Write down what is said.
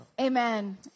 Amen